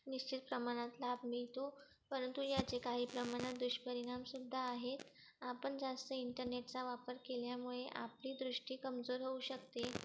निश्चित प्रमाणात लाभ मिळतो परंतु याचे काही प्रमाणात दुष्परिणामसुद्धा आहेत आपण जास्त इंटरनेटचा वापर केल्यामुळे आपली दृष्टी कमजोर होऊ शकते